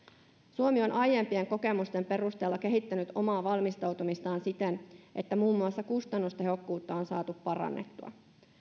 suomi on aiempien kokemusten perusteella kehittänyt omaa valmistautumistaan siten että muun muassa kustannustehokkuutta on saatu parannettua